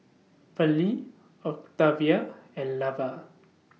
Pearley Octavia and Lavar